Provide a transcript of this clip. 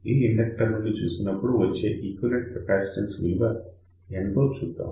ఈ ఇండక్టర్ నుండి చూసినప్పుడు వచ్చే ఈక్వివలెంట్ కెపాసిటన్స్ విలువ ఎంతో చూద్దాం